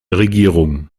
regierung